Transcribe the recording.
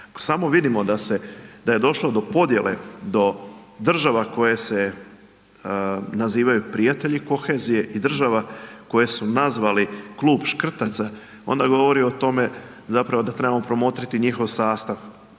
samo vidimo da je došlo do podjele, do država koje se nazivaju prijatelji kohezije i država koje su nazvali klub škrtaca onda govori o tome da trebamo promotriti njihov sastav.